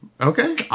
Okay